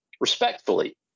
respectfully